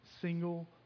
single